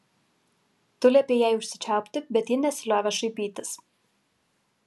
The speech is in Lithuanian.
tu liepei jai užsičiaupti bet ji nesiliovė šaipytis